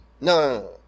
No